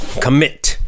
commit